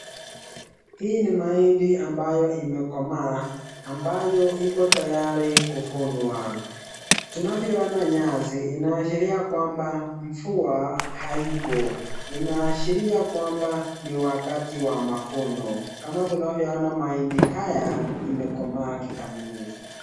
Hii ni mahindi ambayo imekomaa, ambayo iko tayari kuvunwa. Tunavyoona nyasi, inaashiria kwamba mvua haipo, inaashiria kwamba ni wakati wa mavuno, kama tunavyoona mahindi haya imekomaa kikamilifu.